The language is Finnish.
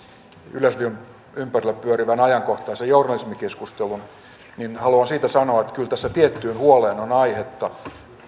yleisradion ympärillä pyörivän ajankohtaisen journalismikeskustelun niin haluan siitä sanoa että kyllä tässä tiettyyn huoleen on aihetta